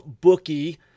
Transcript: bookie